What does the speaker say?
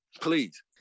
Please